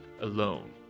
Alone